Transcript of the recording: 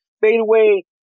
fadeaway